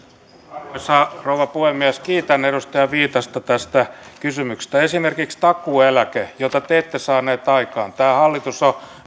arvoisa rouva puhemies kiitän edustaja viitasta tästä kysymyksestä esimerkiksi takuueläkettä jota te ette saaneet aikaan tämä hallitus on